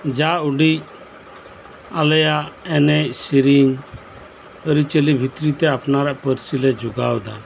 ᱡᱟ ᱩᱰᱤᱡ ᱟᱞᱮᱭᱟᱜ ᱮᱱᱮᱡ ᱥᱮᱨᱮᱧ ᱟᱹᱨᱤ ᱪᱟᱹᱞᱤ ᱵᱷᱤᱛᱨᱤᱛᱮ ᱟᱯᱱᱟᱨᱟᱜ ᱯᱟᱹᱨᱥᱤ ᱞᱮ ᱡᱚᱜᱟᱣ ᱮᱫᱟ